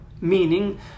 Meaning